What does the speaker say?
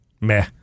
meh